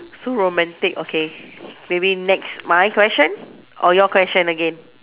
so romantic okay maybe next my question or your question again